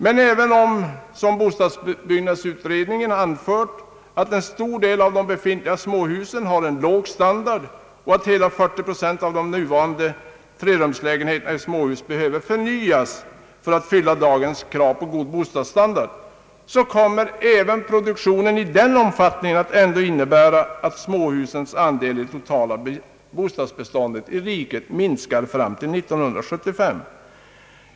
Men även om, som bostadsbyggnadsutredningen har anfört, en stor del av de befintliga småhusen har låg standard och hela 40 procent av de nuvarande trerumslägenhe terna i småhus behöver förnyas för att fylla dagens krav på god bostadsstandard, kommer en produktion i den omfattningen ändå att innebära att småhusens andel i det totala bostadsbeståndet i riket minskar fram till år 1975.